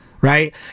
right